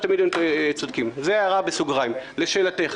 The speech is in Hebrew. לשאלתך,